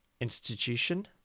institution